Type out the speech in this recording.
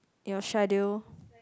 your schedule